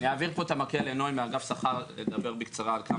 אני אעביר את רשות הדיבור לנוי מאגף שכר לדבר בקצרה.